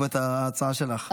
בעקבות ההצעה שלך.